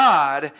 God